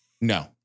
No